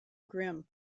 grimm